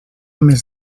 més